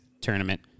tournament